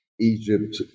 Egypt